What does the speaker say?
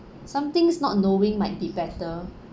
some things not knowing might be better